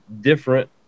different